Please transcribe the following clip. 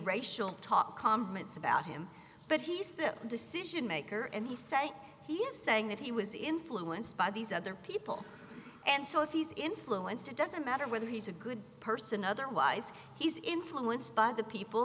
racial talk comments about him but he's decision maker and he said he is saying that he was influenced by these other people and so if he's influenced it doesn't matter whether he's a good person otherwise he's influenced by the people